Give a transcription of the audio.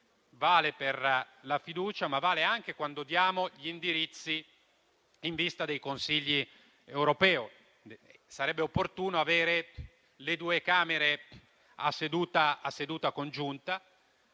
vale per la fiducia, ma vale anche quando diamo gli indirizzi in vista dei Consigli europei. Sarebbe opportuno avere le due Camere a seduta congiunta